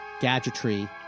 gadgetry